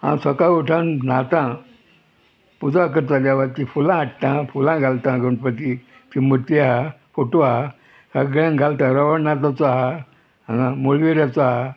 हांव सकाळी उठान न्हातां पुजा करता देवाची फुलां हाडटा फुलां घालता गणपतीक ती मुर्ती आहा फोटू आहा सगळ्यांक घालता रवळनाथाचो आहा हांगा मुळविराचो आहा